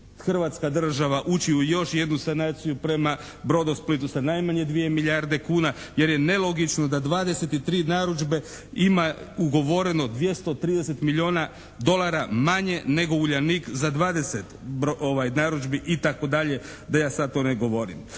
Hrvatska država ući u još jednu sanaciju prema "Brodosplitu" sa najmanje 2 milijarde kuna jer je nelogično da 23 narudžbe ima ugovoreno 230 milijuna dolara manje nego "Uljanik" za 20 narudžbi itd., da ja to sada ne govorim.